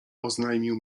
oznajmił